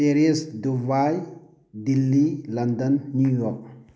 Paris Dubai Delhi London New York